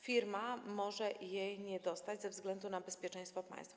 Firma może jej nie dostać ze względu na bezpieczeństwo państwa.